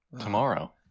tomorrow